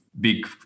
big